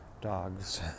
dogs